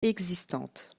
existantes